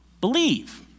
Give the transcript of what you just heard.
believe